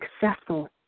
successful